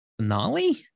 finale